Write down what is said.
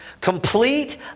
complete